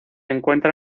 encuentra